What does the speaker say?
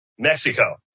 Mexico